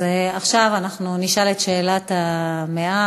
אז עכשיו אנחנו נשאל את שאלת המאה: